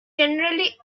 generally